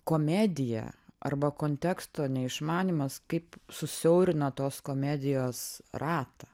komedija arba konteksto neišmanymas kaip susiaurina tos komedijos ratą